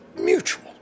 mutual